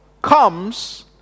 comes